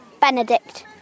Benedict